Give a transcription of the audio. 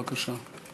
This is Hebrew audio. בבקשה.